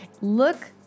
Look